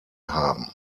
haben